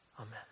Amen